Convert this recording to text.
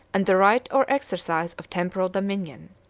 and the right or exercise of temporal dominion.